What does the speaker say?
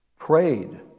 prayed